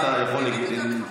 היינו יכולים,